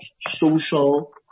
social